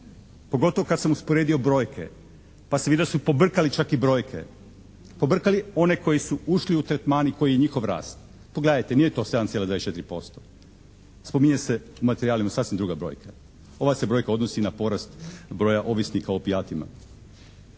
pogotovo kad sam usporedio brojke pa sam vidio da su pobrkali čak i brojke. Pobrkali one koji su ušli u tretman i koji je njihov rast. Pogledajte, nije to 7,24%. Spominje se u materijalima sasvim druga brojka, ova se brojka odnosi na porast broja ovisnika o opijatima,